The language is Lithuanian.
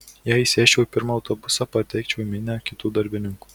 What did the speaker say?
jei įsėsčiau į pirmą autobusą patekčiau į minią kitų darbininkų